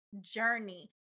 journey